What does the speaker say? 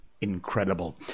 incredible